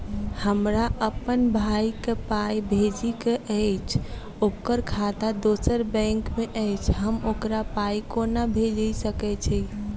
हमरा अप्पन भाई कऽ पाई भेजि कऽ अछि, ओकर खाता दोसर बैंक मे अछि, हम ओकरा पाई कोना भेजि सकय छी?